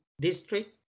district